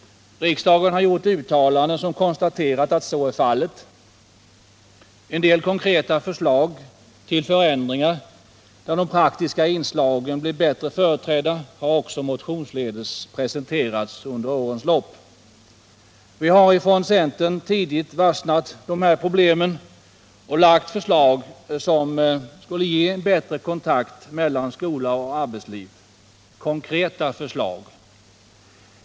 Riksdagen har i uttalanden konstaterat att så är fallet. En del konkreta förslag till förändringar som skulle medföra att de praktiska inslagen blir bättre företrädda har också motionsledes presenterats under årens lopp. Vi har från centern tidigt varsnat dessa problem och framlagt konkreta förslag till åtgärder som skulle ge en bättre kontakt mellan skola och arbetsliv.